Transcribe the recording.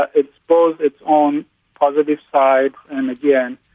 ah it's both its own positive side and again,